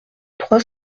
trois